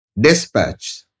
dispatch